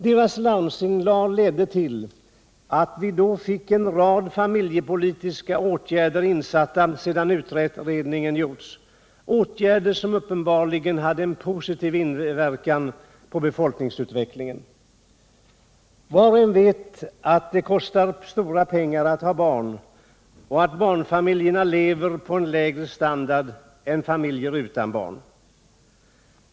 Deras larmsignal ledde till att vi då fick en rad familjepolitiska åtgärder insatta — åtgärder som uppenbarligen hade en positiv verkan på befolkningsutvecklingen. Var och en vet att det kostar mycket pengar att ha barn och att barnfamiljerna lever på en lägre standard än familjer utan barn.